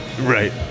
right